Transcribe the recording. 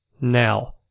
Now